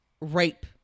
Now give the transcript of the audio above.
rape